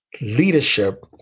leadership